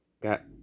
got